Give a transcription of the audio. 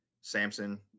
Samson